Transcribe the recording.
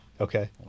Okay